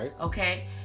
Okay